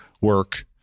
work